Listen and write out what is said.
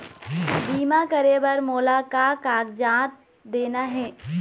बीमा करे बर मोला का कागजात देना हे?